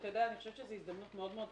אני חושבת שזו הזדמנות מאוד מאוד טובה